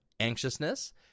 anxiousness